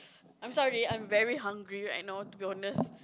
I'm sorry I'm very hungry right now to be very honest